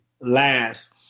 last